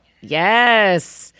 Yes